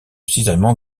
cisaillement